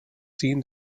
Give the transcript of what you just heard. seen